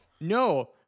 no